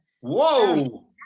Whoa